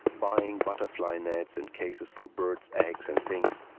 buying butterfly-nets and cases for birds' eggs and things.